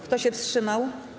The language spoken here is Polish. Kto się wstrzymał?